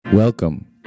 Welcome